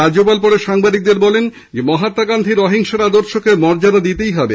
রাজ্যপাল পরে সাংবাদিকদের বলেন মহাত্মা গান্ধীর অহিংসার আদর্শকে মর্যাদা দিতে হবে